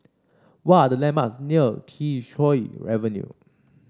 what are the landmarks near Kee Choe Avenue